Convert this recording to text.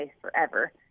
forever